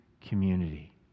community